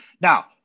now